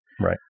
Right